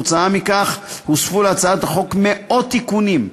כתוצאה מכך הוספו להצעת החוק מאות תיקונים,